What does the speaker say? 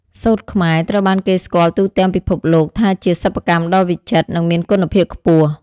សូត្រខ្មែរ ត្រូវបានគេស្គាល់ទូទាំងពិភពលោកថាជាសិប្បកម្មដ៏វិចិត្រ និងមានគុណភាពខ្ពស់។